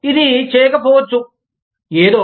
ఇది చేయకపోవచ్చు ఏదో